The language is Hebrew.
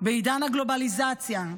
בעידן הגלובליזציה,